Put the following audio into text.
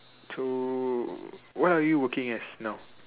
to what are you working as now